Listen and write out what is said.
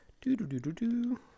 Do-do-do-do-do